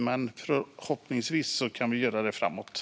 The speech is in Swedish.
Men förhoppningsvis kan vi göra det framöver.